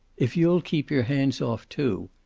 if you'll keep your hands off, too.